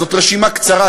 זאת רשימה קצרה,